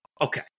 Okay